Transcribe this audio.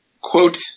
quote